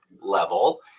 level